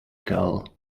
girl